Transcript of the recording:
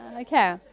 Okay